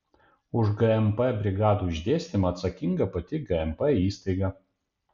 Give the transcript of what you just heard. už gmp brigadų išdėstymą atsakinga pati gmp įstaiga